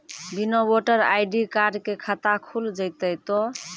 बिना voter ID card के खाता खुल जैते तो?